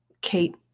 Kate